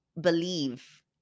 believe